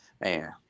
man